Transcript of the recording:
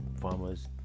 farmers